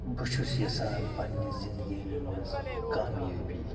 بہٕ چھُس یَژھان پننہِ زِندگٲنی منٛز کامیٲبی